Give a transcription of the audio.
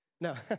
No